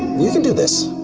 we can do this.